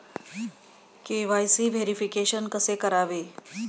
KYC verification कसे करावे?